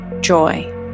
joy